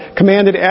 commanded